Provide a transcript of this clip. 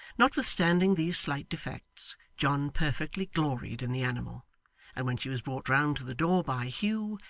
notwithstanding these slight defects, john perfectly gloried in the animal and when she was brought round to the door by hugh,